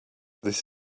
this